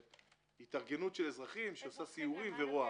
התארגנות של אזרחים שעושה סיורים ורואה.